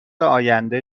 آینده